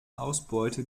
ausbeute